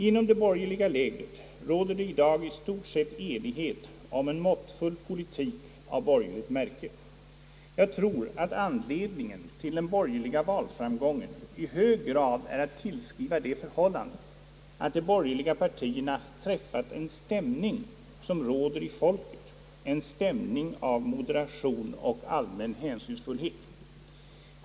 Inom det borgerliga lägret råder i dag i stort sett enighet om en måttfull politik av borgerligt märke, Jag tror att anledningen till den borgerliga valframgången i hög grad är att söka i det förhållandet att de borgerliga partierna träffat en stämning som råder i folket — en stämning av moderation och allmän hänsynsfullhet.